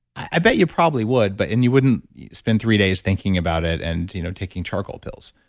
i bet you probably would but and you wouldn't spend three days thinking about it and you know taking charcoal pills.